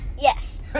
yes